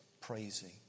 praising